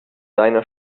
deiner